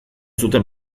zuten